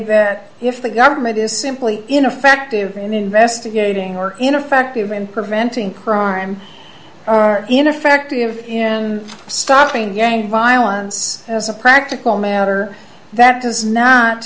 d if the government is simply ineffective in investigating or in affective and preventing crime are ineffective in stopping gang violence as a practical matter that does not